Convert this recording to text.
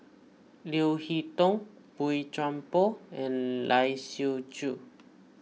Leo Hee Tong Boey Chuan Poh and Lai Siu Chiu